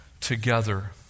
together